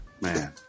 Man